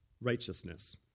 righteousness